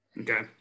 Okay